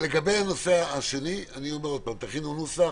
לגבי הנושא הראשון, תכינו נוסח.